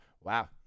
Wow